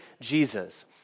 Jesus